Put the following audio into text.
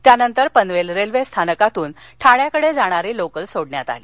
त्यानंतर पनवेल रेल्वे स्थानकातून ठाण्याकडे जाणारी लोकल सोडण्यात आली